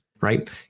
right